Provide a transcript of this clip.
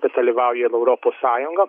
bet dalyvauja ir europos sąjunga